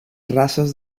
races